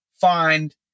find